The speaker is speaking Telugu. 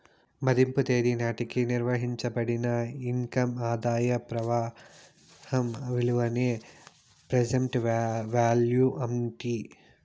మదింపు తేదీ నాటికి నిర్వయించబడిన ఇన్కమ్ ఆదాయ ప్రవాహం విలువనే ప్రెసెంట్ వాల్యూ అంటీ